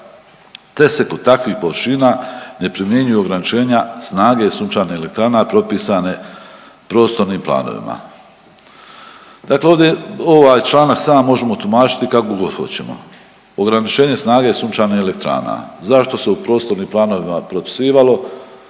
te se kod takvih površina ne primjenjuju ograničenja snage sunčanih elektrana propisane prostornim planovima. Dakle, ovdje ovaj članak sam možemo tumačiti kako god hoćemo, ograničenje snage sunčanih elektrana, zašto se u prostornim planovima propisivalo?